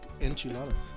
enchiladas